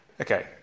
Okay